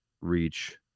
reach